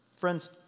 Friends